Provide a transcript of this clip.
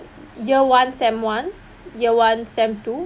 year one semester one year one semester two